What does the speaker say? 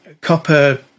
copper